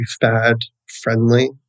fad-friendly